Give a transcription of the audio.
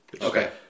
Okay